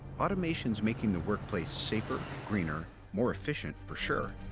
automation's making the workplace safer, greener, more efficient, for sure.